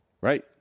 Right